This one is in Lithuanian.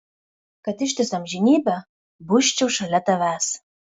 kad ištisą amžinybę busčiau šalia tavęs